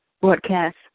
broadcast